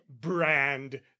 brand